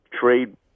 Trade